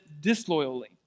disloyally